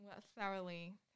thoroughly